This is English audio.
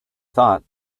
thought